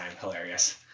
Hilarious